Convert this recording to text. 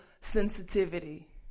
sensitivity